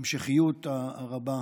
ההמשכיות הרבה.